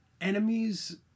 enemies